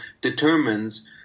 determines